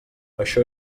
això